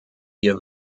ihr